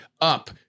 up